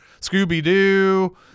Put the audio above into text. Scooby-Doo